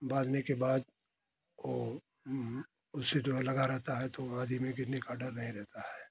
बांधने के बाद वो उससे जो है लगा रहता है तो आँधी में गिरने का डर नहीं रहता है